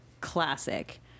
classic